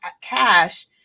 cash